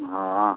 ହଁ